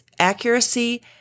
accuracy